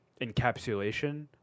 encapsulation